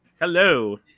hello